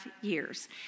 years